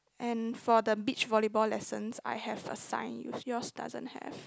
and for the beach volleyball lessons I have a sign which yours doesn't have